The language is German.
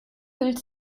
hüllt